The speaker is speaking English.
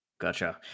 Gotcha